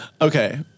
Okay